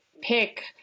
pick